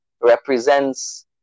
represents